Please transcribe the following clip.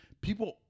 people